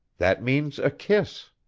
that means a kiss!